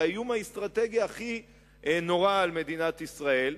זה האיום האסטרטגי הכי נורא על מדינת ישראל,